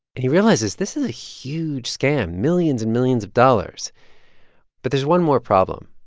and he realizes this is a huge scam millions and millions of dollars but there's one more problem.